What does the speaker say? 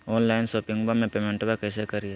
Online शोपिंगबा में पेमेंटबा कैसे करिए?